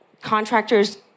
contractors